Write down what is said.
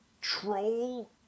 troll